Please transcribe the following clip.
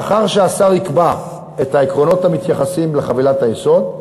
לאחר שהשר יקבע את העקרונות המתייחסים לחבילת היסוד,